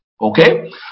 Okay